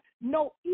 no